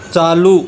चालू